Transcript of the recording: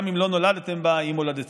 גם אם לא נולדתם בה, היא מולדתכם,